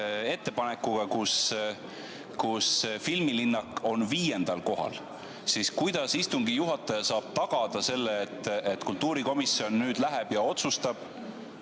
ettepanekuga, kus filmilinnak on viiendal kohal. Kuidas istungi juhataja saab tagada selle, et kultuurikomisjon nüüd läheb ja otsustab,